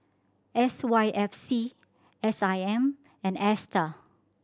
S Y F C S I M and Astar